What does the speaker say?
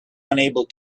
unable